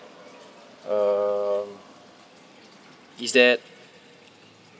um is that